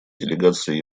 делегации